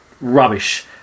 rubbish